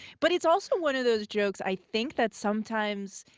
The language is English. but it's also one of those jokes, i think, that sometimes,